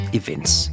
events